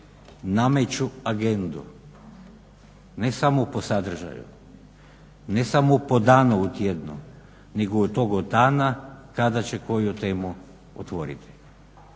Nameću agendu, ne samo po sadržaju, ne samo po danu u tjednu, nego od toga dana kada će koju temu otvoriti.